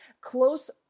close